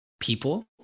people